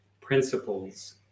principles